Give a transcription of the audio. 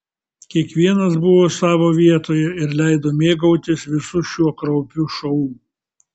kiekvienas buvo savo vietoje ir leido mėgautis visu šiuo kraupiu šou